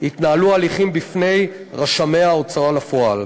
יתנהלו ההליכים בפני רשמי ההוצאה לפועל.